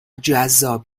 جذاب